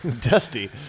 Dusty